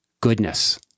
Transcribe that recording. goodness